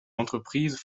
entreprises